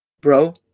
bro